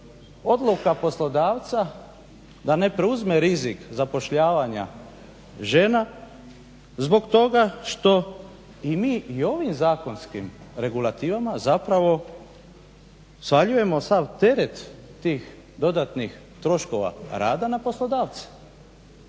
odluka poslodavca da ne preuzme rizik zapošljavanja žena zbog toga što i mi i ovim zakonskim regulativama zapravo svaljujemo sav teret tih dodatnih troškova rada na poslodavce.